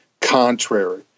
contrary